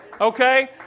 Okay